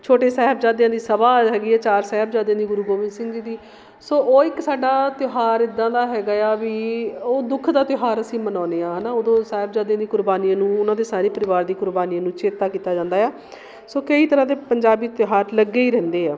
ਛੋਟੇ ਸਾਹਿਬਜ਼ਾਦਿਆਂ ਦੀ ਸਭਾ ਹੈਗੀ ਆ ਚਾਰ ਸਾਹਿਬਜ਼ਾਦਿਆਂ ਦੀ ਗੁਰੂ ਗੋਬਿੰਦ ਸਿੰਘ ਜੀ ਦੀ ਸੋ ਉਹ ਇੱਕ ਸਾਡਾ ਤਿਉਹਾਰ ਇੱਦਾਂ ਦਾ ਹੈਗਾ ਏ ਆ ਵੀ ਉਹ ਦੁੱਖ ਦਾ ਤਿਉਹਾਰ ਅਸੀਂ ਮਨਾਉਂਦੇ ਹਾਂ ਹੈ ਨਾ ਉਦੋਂ ਸਾਹਿਬਜ਼ਾਦਿਆਂ ਦੀ ਕੁਰਬਾਨੀ ਨੂੰ ਉਹਨਾਂ ਦੇ ਸਾਰੇ ਪਰਿਵਾਰ ਦੀ ਕੁਰਬਾਨੀ ਨੂੰ ਚੇਤਾ ਕੀਤਾ ਜਾਂਦਾ ਆ ਸੋ ਕਈ ਤਰ੍ਹਾਂ ਦੇ ਪੰਜਾਬ ਵਿੱਚ ਤਿਉਹਾਰ ਲੱਗੇ ਹੀ ਰਹਿੰਦੇ ਆ